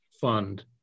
fund